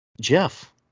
Jeff